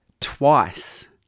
twice